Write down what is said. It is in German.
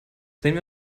sehen